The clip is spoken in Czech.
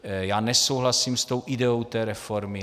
Já nesouhlasím s ideou té reformy.